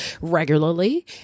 regularly